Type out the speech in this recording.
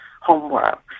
homework